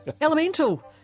Elemental